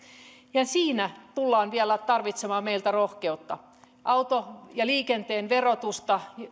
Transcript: ja siinä tullaan vielä tarvitsemaan meiltä rohkeutta liikenteen verotusta